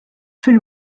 fil